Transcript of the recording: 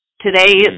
today